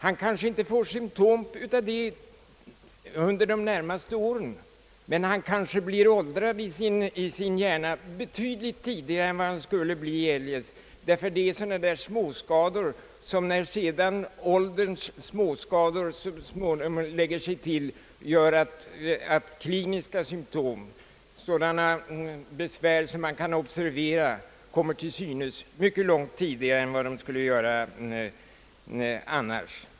Han kanske inte får några symtom av skadan under de närmaste åren, men han kanske blir åldrad i sin hjärna betydligt tidigare än eljest. Det är nämligen sådana där småskador som, när sedan ålderns småskador så småningom lägger sig därtill, gör att kliniska symptom, sådana besvär som man kan observera, kommer till synes mycket långt tidigare än de annars skulle göra.